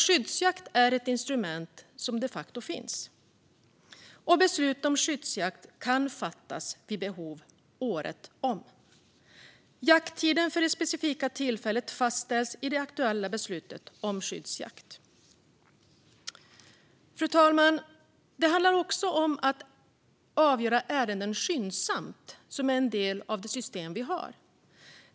Skyddsjakt är alltså ett instrument som de facto finns, och beslut om skyddsjakt kan fattas vid behov året om. Jakttiden för det specifika tillfället fastställs i det aktuella beslutet om skyddsjakt. Fru talman! Det handlar också om att skyndsamt avgöra ärenden som är en del av det system vi har.